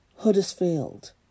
Huddersfield